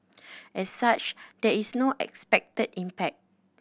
as such there is no expected impact